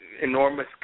enormous